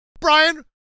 Brian